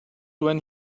when